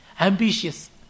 Ambitious